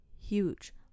huge